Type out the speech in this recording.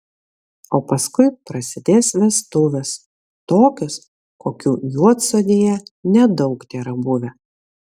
o paskui prasidės vestuvės tokios kokių juodsodėje nedaug tėra buvę